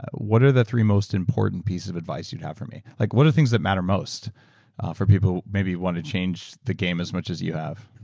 what are the three most important pieces of advice you'd have for me? like what are the things that matter most for people who maybe want to change the game as much as you have?